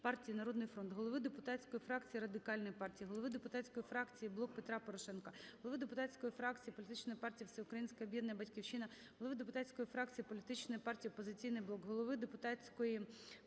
"Народний фронт", голови депутатської фракції Радикальної партії, голови депутатської фракції "Блок Петра Порошенка", голови депутатської фракції політичної партії "Всеукраїнське об'єднання "Батьківщина", голови депутатської фракції політичної партії "Опозиційний блок", голови депутатської